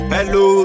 Hello